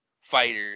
fighter